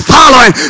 following